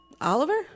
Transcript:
Oliver